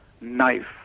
knife